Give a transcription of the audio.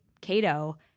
Cato